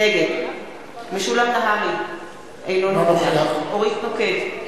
נגד משולם נהרי, אינו נוכח אורית נוקד,